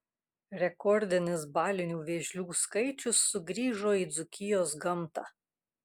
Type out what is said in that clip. rekordinis balinių vėžlių skaičius sugrįžo į dzūkijos gamtą